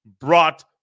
brought